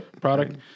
product